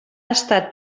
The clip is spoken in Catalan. estat